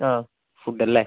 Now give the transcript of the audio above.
ആ ഫുഡ്ഡല്ലേ